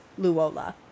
Luola